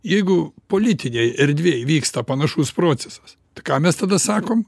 jeigu politinėj erdvėj vyksta panašus procesas tai ką mes tada sakom